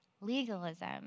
legalism